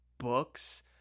Books